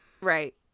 Right